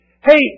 Hey